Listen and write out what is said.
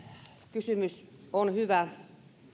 kysymys on hyvä